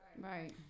Right